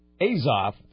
Azoff